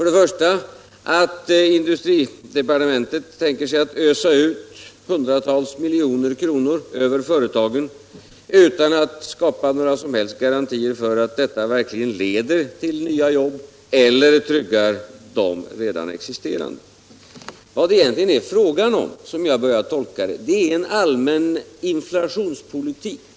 Det första är att industridepartementet tänker sig att ösa ut hundratals miljoner kronor över företagen utan att några som helst garantier skapas för att detta verkligen leder till nya jobb eller tryggar redan existerande. Vad det egentligen är fråga om här, som jag har börjat tolka det, är en allmän inflationspolitik.